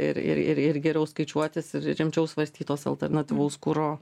ir ir ir ir geriau skaičiuotis ir rimčiau svarstyt tuos alternatyvaus kuro